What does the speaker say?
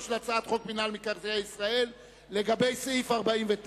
להצעת חוק מינהל מקרקעי ישראל לגבי סעיף 49: